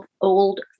old